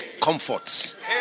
Comforts